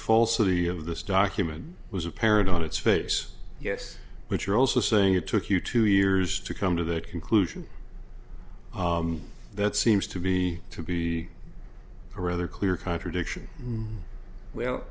falsity of this document was apparent on its face yes but you're also saying it took you two years to come to the conclusion that seems to me to be a rather clear contradiction well